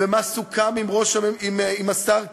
מה סוכם עם השר כץ,